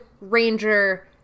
ranger